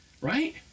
right